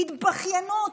זאת התבכיינות.